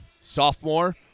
Sophomore